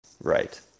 Right